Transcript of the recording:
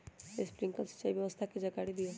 Sprinkler सिंचाई व्यवस्था के जाकारी दिऔ?